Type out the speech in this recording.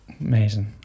Amazing